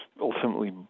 ultimately